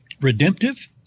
redemptive